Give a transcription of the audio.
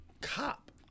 cop